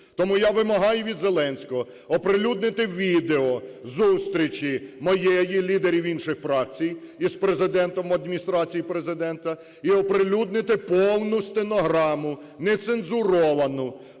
Тому я вимагаю від Зеленського оприлюднити відео зустрічі моєї, лідерів інших фракцій з Президентом в Адміністрації Президента і оприлюднити повну стенограму, нецензуровану.